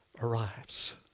arrives